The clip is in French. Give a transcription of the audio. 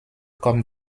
comme